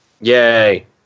yay